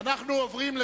להמשיך ולקיים את